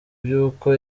by’uko